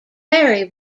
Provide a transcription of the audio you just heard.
perry